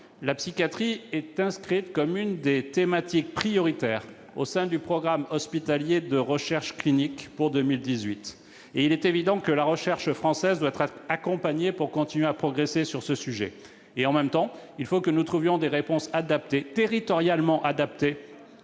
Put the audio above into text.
la psychiatrie est inscrite comme l'une des thématiques prioritaires du programme hospitalier de recherche clinique pour 2018. Il est évident que la recherche française doit être accompagnée, afin de continuer à progresser sur ce sujet. En même temps, il faut que nous trouvions des réponses territorialement adaptées